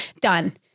done